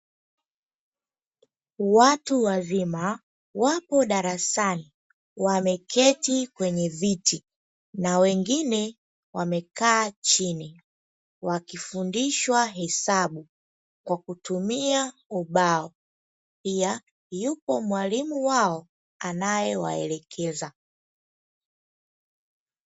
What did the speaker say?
Watu wazima wapo darasani, wameketi kwenye viti na wengine wamekaa chini, wakifundishwa hesabu kwa kutumia ubao, pia yupo mwalimu wao anaewaelekeza.